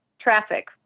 traffic